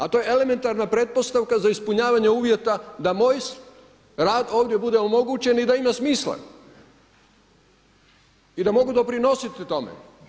A to je elementarna pretpostavka za ispunjavanje uvjeta za moj rad ovdje bude omogućen i da ima smisla i da mogu doprinositi tome.